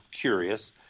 curious